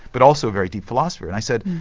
but also a very deep philosopher. and i said,